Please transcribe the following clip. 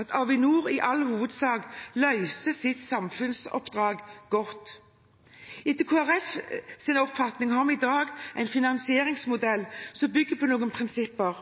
at Avinor i all hovedsak løser sitt samfunnsoppdrag godt. Etter Kristelig Folkepartis oppfatning har vi i dag en finansieringsmodell som bygger på noen prinsipper.